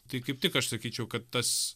tai kaip tik aš sakyčiau kad tas